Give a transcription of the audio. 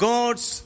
God's